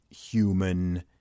human